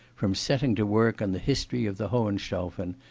from setting to work on the history of the hohenstaufen,